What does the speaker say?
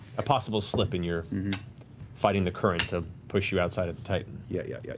a possible slip, and you're fighting the current to push you outside of the titan. yeah yeah yeah